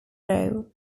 row